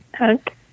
okay